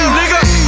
nigga